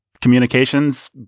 communications